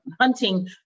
hunting